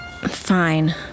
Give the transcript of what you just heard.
fine